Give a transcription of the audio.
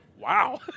wow